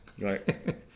Right